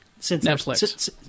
Netflix